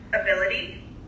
ability